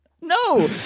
No